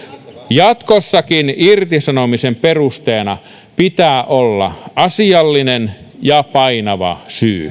jatkossakin irtisanomisen perusteena pitää olla asiallinen ja painava syy tämä on